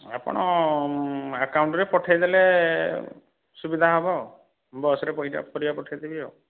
ଆପଣ ଆକାଉଣ୍ଟ୍ରେ ପଠାଇଦେଲେ ସୁବିଧା ହେବ ବସ୍ରେ ପରିବା ପଠାଇଦେବି ଆଉ